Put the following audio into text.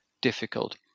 difficult